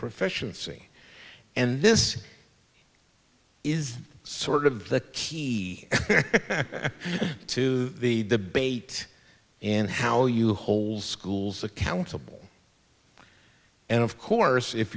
proficiency and this is sort of the key to the debate and how will you hold schools accountable and of course if